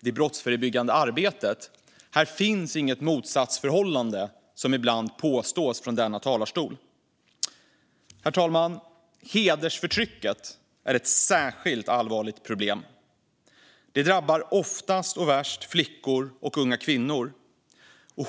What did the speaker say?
det brottsförebyggande arbetet. Här finns inget motsatsförhållande, som ibland påstås från denna talarstol. Herr talman! Hedersförtrycket är ett särskilt allvarligt problem. Det drabbar oftast och värst flickor och unga kvinnor.